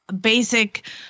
basic